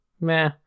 meh